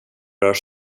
rör